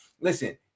Listen